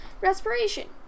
respiration